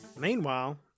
Meanwhile